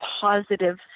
positive